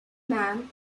man